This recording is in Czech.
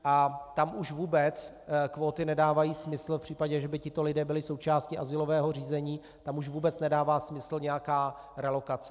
A tam už vůbec kvóty nedávají smysl v případě, že by tito lidé byli součástí azylového řízení, tam už vůbec nedává smyslu nějaká relokace.